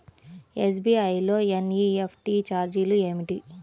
SBI లో NEFT ఛార్జీలు ఏమిటి?